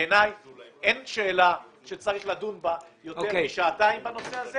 בעיני אין שאלה שצריך לדון בה יותר משעתיים בנושא הזה